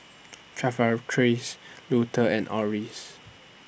Luther and Orris